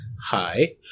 Hi